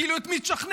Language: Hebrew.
כאילו את מי תשכנע.